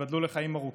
ייבדלו לחיים ארוכים,